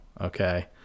Okay